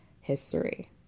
history